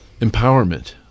empowerment